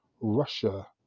Russia